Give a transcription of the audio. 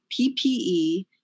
PPE